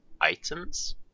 items